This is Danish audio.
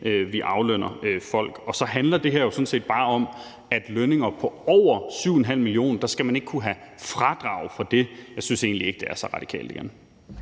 vi aflønner folk. Og så handler det her jo sådan set bare om, at man ved lønninger på over 7,5 mio. kr. ikke skal kunne have fradrag for det. Jeg synes egentlig ikke, det er så radikalt igen.